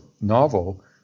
novel